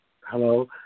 hello